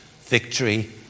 victory